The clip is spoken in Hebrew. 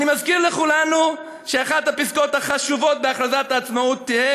אני מזכיר לכולנו שאחת הפסקאות החשובות בהכרזת העצמאות: "תהא